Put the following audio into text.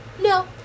no